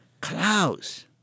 Klaus